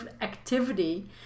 activity